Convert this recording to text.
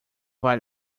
vai